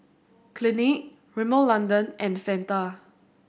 Clinique Rimmel London and Fanta